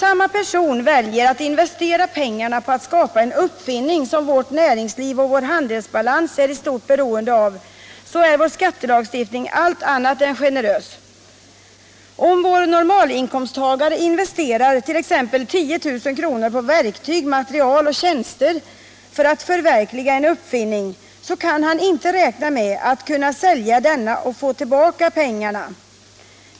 I motion 1976/77:617 har tagits upp frågan om uppfin = beskattningen narnas situation vad gäller skattesidan. Om en normalinkomsttagare väljer att köpa ett hus kan han efter något år sälja det för anskaffningskostnaden och en viss värdestegring, utan att behöva betala skatt på försäljningssumman. I detta avseende är vår skattelagstiftning generös. Men om samma person väljer att investera pengarna på att skapa en uppfinning som vårt näringsliv och vår handelsbalans är mycket beroende av, då är vår skattelagstiftning allt annat än generös. Om vår normalinkomsttagare investerar t.ex. 10 000 kr. i verktyg, material och tjänster för att förverkliga en uppfinning, kan han inte räkna med att kunna sälja denna och få tillbaka pengarna.